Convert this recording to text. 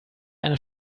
einer